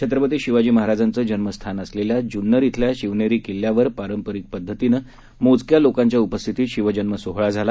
छत्रपती शिवाजी महाराजांचं जन्मस्थान असलेल्या जुन्नर शिवनेरी किल्ल्यावर पारंपरिक पद्धतीनं मोजक्या लोकांच्या उपस्थितीत शिवजन्म सोहळा झाला